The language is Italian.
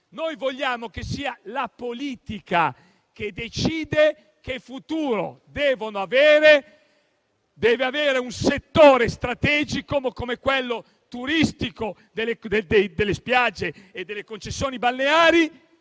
Noi vogliamo che sia la politica a decidere quale futuro debba avere un settore strategico come quello turistico, delle spiagge e delle concessioni balneari,